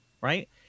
right